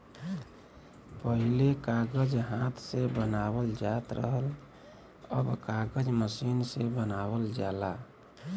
पहिले कागज हाथ से बनावल जात रहल, अब कागज मसीन से बनावल जाला